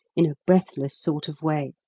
in a breathless sort of way,